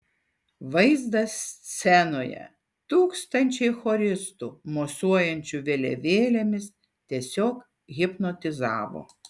vaizdas scenoje tūkstančiai choristų mosuojančių vėliavėlėmis tiesiog hipnotizavo